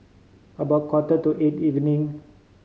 about quarter to eight evening